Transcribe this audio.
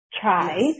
try